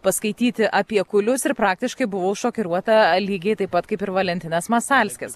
paskaityti apie kulius ir praktiškai buvau šokiruota lygiai taip pat kaip ir valentinas masalskis